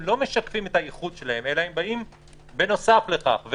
לא משקפים את הייחוד שלהם אלא באים בנוסף לכך.